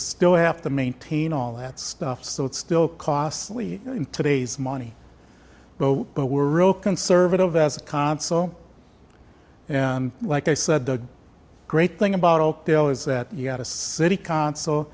still have to maintain all that stuff so it's still costly in today's money both but we're real conservative as a consul and like i said the great thing about oakdale is that you had a city council